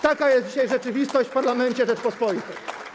Taka jest dzisiaj rzeczywistość w parlamencie Rzeczypospolitej.